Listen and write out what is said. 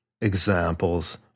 examples